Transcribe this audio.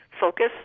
focus